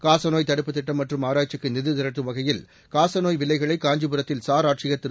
காசநோய்த் தடுப்பு திட்டம் மற்றும் ஆராய்ச்சிக்கு நிதி திரட்டும் வகையில் காசநோய் வில்லைகளை காஞ்சிபுரத்தில் சார் ஆட்சியர் திரு